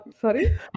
sorry